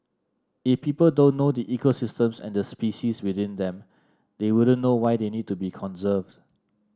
if people don't know the ecosystems and the species within them they wouldn't know why they need to be conserved